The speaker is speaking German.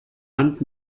hand